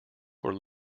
were